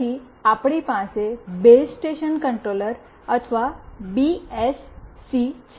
પછી આપણી પાસે બેઝ સ્ટેશન કંટ્રોલર અથવા બીએસસી છે